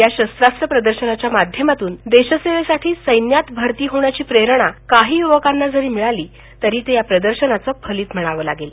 या शस्त्रास्त्र प्रदर्शनाच्या माध्यमातून देशसेवेसाठी सैन्यात भरती होण्याची प्रेरणा काही युवकांना जरी मिळाली तरी ते या प्रदर्शनाचं फलित म्हणावं लागेल